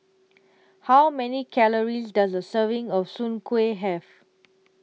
How Many Calories Does A Serving of Soon Kueh Have